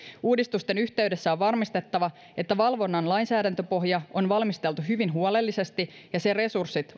uudistusten yhteydessä on varmistettava että valvonnan lainsäädäntöpohja on valmisteltu hyvin huolellisesti ja sen resurssit